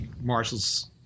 Marshals